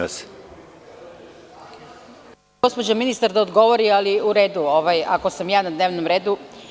Gospođa ministar da odgovori, ali u redu, ako sam ja na dnevnom redu.